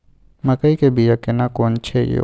मकई के बिया केना कोन छै यो?